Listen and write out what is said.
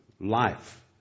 life